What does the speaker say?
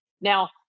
now